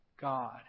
God